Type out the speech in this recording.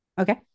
Okay